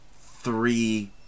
three